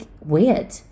weird